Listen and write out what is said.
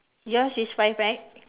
yours is five right